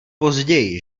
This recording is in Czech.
později